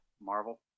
Marvel